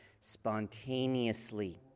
spontaneously